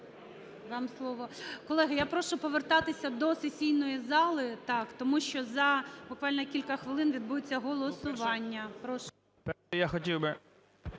вам слово. Колеги, я прошу повертатися до сесійної зали, так, тому що за буквально кілька хвилин відбудеться голосування.